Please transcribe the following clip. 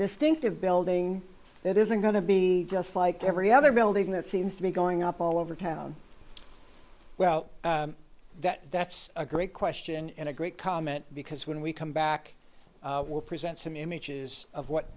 distinctive building that isn't going to be just like every other building that seems to be going up all over town well that that's a great question and a great comment because when we come back we'll present some images of what